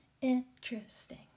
Interesting